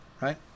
right